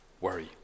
worry